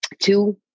two